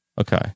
Okay